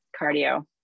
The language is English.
cardio